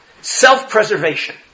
Self-preservation